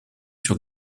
sur